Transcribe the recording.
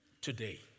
today